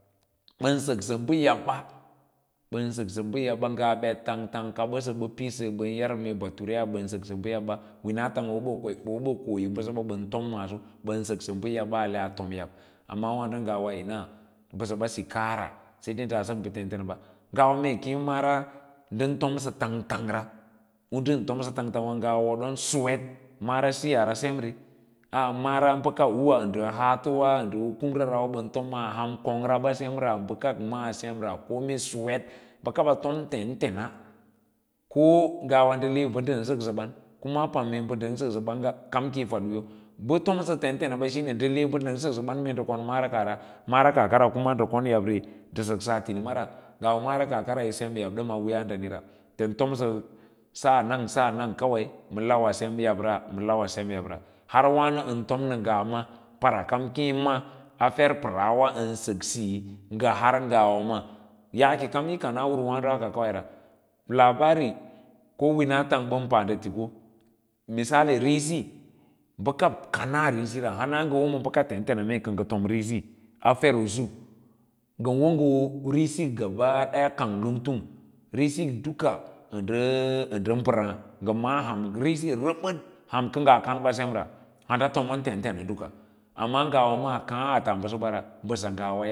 Bən səksə bə yabba, bən səksə bə yabba ngaa ɓet tang tang kabəsə bə pidsə bə yau bə patu liya bən səksə mee bəsə ba bən tom maaso bən səsksə bə yabba atom yab, amma wǎǎɗo ngawa ina mbəsəba taara saidai daa sək bə tentenaba ngawa ma těě mara ndən tomsə tang tang ra u nɗən tomsə tang tang ra ngaa woddon suwet mara siyaara semre a mara bəka ndə haatowa u kumara wa ɓən tom maa ham kóngra semra bəka maa semra kome suwet bəka ɓa tom tentena ko ngawa ndə le mbə ndən səksəban kuma pam mee bə ndən səksə ba kam ki yi fad wiyo. Bə tomsə ten ten a ɓa shine ndəmbə ndən səksə kaban mee ndə kon mara kaahra, mara kaah kara kuma ndə kon yabre ndə səksas tinima ra mara kaah kara yo sem tabra dən a wiiyas dui ndən tomsə la’an nan sa’an nan kawai ma hana sem yabra ma lawa sem yabra a waino ən tam nə ngaa ma para kam keẽ ma a fer pəraagwa ən sək siyi ngasva har ngawa maa yaake kam yo kanaa urwǎǎɗo a hamba kawai ra, ga labarí ko wǐňa tang bəng pa nɗə tik misali risi bəka kanaa risi ra har ngə wo ma bəka tentea mee kə ngī tor əksi a fer usu ur risiswa gaba kang lung tang risi duka ə ndə mbərǎǎ ngə mǎǎ ham risi rəbəd ham kə ngaa ɓa semra handa fomon tentena duka amma ngawa maa kaã a tomra mbəsa ngawa.